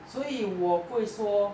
所以我不会说